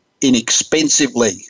inexpensively